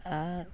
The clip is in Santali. ᱟᱨ